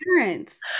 parents